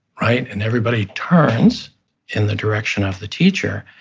right? and everybody turns in the direction of the teacher.